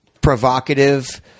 provocative